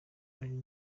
ariko